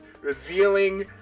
revealing